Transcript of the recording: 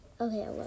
Okay